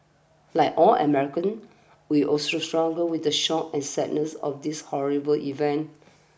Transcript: like all Americans we also struggle with the shock and sadness of these horrible events